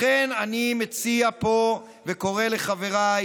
לכן אני מציע פה וקורא לחבריי